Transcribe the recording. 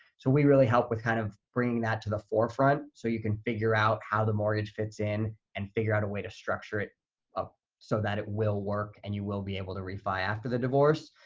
so we really help with kind of bringing that to the forefront, so you can figure out how the mortgage fits in and figure out a way to structure it so that it will work and you will be able to refi after the divorce.